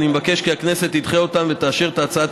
אני מבקש כי הכנסת תדחה אותן ותאשר את הצעת